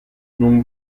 non